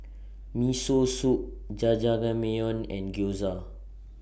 Miso Soup Jajangmyeon and Gyoza